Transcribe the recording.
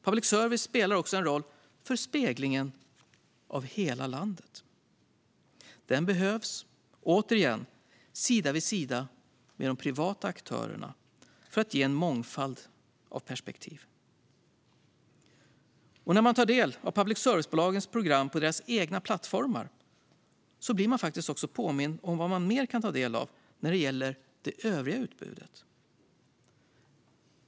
Public service spelar också en roll för speglingen av hela landet. Den behövs, återigen sida vid sida med de privata aktörerna, för att ge en mångfald av perspektiv. När man tar del av public service-bolagens program på deras egna plattformar blir man faktiskt också påmind om vad man mer kan ta del av när det gäller det övriga utbudet.